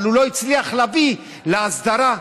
אבל הוא לא הצליח להביא להסדרה.